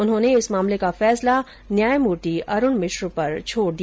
उन्होंने इस मामले का फैसला न्यायमूर्ति अरूण मिश्र पर छोड दिया